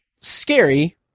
scary